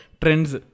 trends